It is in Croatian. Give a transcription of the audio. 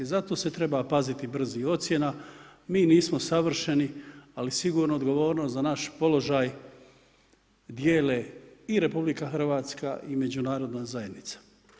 Zato se treba paziti brzih ocjena, mi nismo savršeni, ali sigurno odgovornost za naš položaj dijele i RH i međunarodna zajednica.